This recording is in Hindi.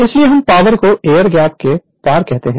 इसलिए हम पावर को एयर गैप के पार कहते हैं